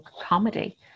comedy